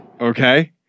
Okay